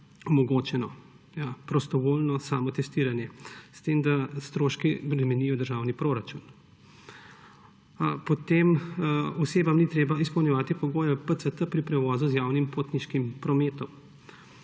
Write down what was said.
omogočeno prostovoljno samotestiranje, s tem da stroški bremenijo državni proračun. Potem osebam ni treba izpolnjevati pogoja PCT pri prevozu z javnim potniškim prometom.